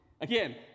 Again